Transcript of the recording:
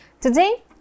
Today